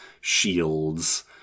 shields